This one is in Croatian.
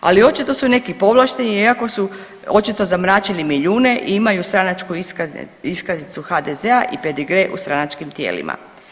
Ali očito su neki povlašteni iako su očito zamračili milijune i imaju stranačku iskaznicu HDZ-a i pedigre u stranačkim tijelima.